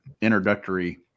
introductory